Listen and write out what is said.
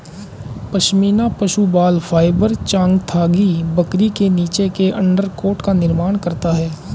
पश्मीना पशु बाल फाइबर चांगथांगी बकरी के नीचे के अंडरकोट का निर्माण करता है